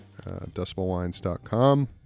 decibelwines.com